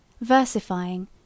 versifying